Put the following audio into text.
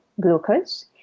glucose